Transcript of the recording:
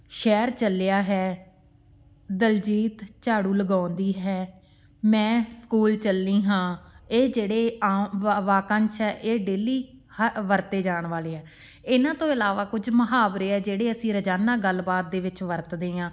ਸ਼ਹਿਰ ਚੱਲਿਆ ਹੈ ਦਲਜੀਤ ਝਾੜੂ ਲਗਾਉਂਦੀ ਹੈ ਮੈਂ ਸਕੂਲ ਚੱਲੀ ਹਾਂ ਇਹ ਜਿਹੜੇ ਆਮ ਵਾ ਵਾਕੰਸ਼ ਹੈ ਇਹ ਡੇਲੀ ਹਾ ਵਰਤੇ ਜਾਣ ਵਾਲੇ ਹੈ ਇਹਨਾਂ ਤੋਂ ਇਲਾਵਾ ਕੁਝ ਮੁਹਾਵਰੇ ਹੈ ਜਿਹੜੇ ਅਸੀਂ ਰੋਜ਼ਾਨਾ ਗੱਲਬਾਤ ਦੇ ਵਿੱਚ ਵਰਤਦੇ ਹਾਂ